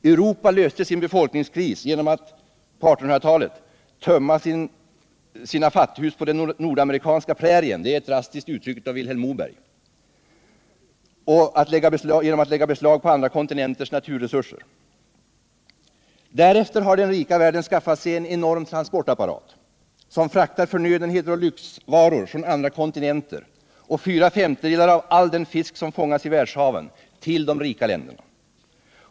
Europa löste sin befolkningskris genom att på 1800-talet ”tömma sina fattighus på den nordamerikanska prärien”, för att använda ett drastiskt uttryck av Vilhelm Moberg, och lägga beslag på andra kontinenters naturresurser. Därefter har den rika världen skaffat sig en enorm transportapparat som fraktar förnödenheter och lyxvaror från andra kontinenter och fyra femtedelar av all den fisk som fångas i världshaven till de rika länderna.